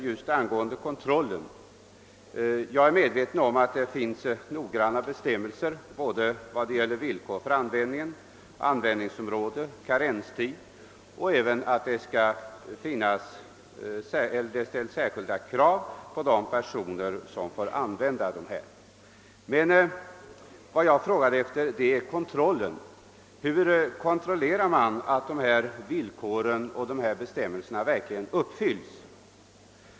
Jag är medveten om att det både finns noggranna bestämmelser vad det gäller villkoren för användningen, användningsområde och karenstid och att det ställs särskilda krav på de personer som skall använda dessa bekämpningsmedel. Min fråga gällde emellertid kontrollen. Hur kontrollerar man att dessa villkor och bestämmelser verkligen uppfylls?